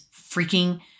freaking